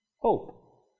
Hope